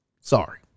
Sorry